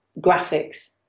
graphics